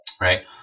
right